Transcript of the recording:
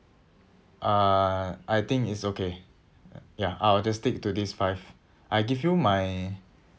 uh I think it's okay ya I'll just stick to this five I give you my